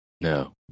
No